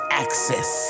access